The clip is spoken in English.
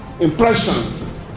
impressions